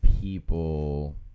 people